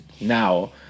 now